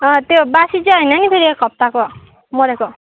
त्यो बासी चाहिँ होइन नि फेरि एक हप्ताको मरेको